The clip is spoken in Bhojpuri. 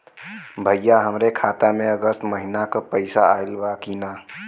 भईया हमरे खाता में अगस्त महीना क पैसा आईल बा की ना?